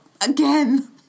again